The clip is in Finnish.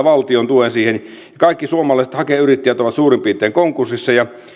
valtion tuen siihen kaikki suomalaiset hakeyrittäjät ovat suurin piirtein konkurssissa ja